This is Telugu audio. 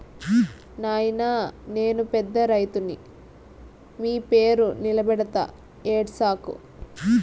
నాయినా నేను పెద్ద రైతుని మీ పేరు నిలబెడతా ఏడ్సకు